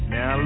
Now